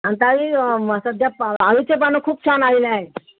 आणि ताई सध्या प अळूचे पानं खूप छान आलेले आहेत